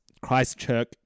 Christchurch